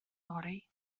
fory